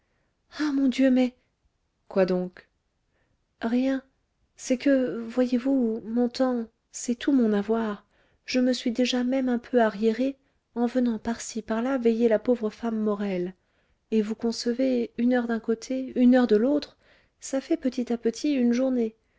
ah mon dieu mais quoi donc rien c'est que voyez-vous mon temps c'est tout mon avoir je me suis déjà même un peu arriérée en venant par-ci par-là veiller la pauvre femme morel et vous concevez une heure d'un côté une heure de l'autre ça fait petit à petit une journée